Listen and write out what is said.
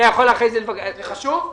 זה חשוב?